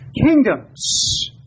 kingdoms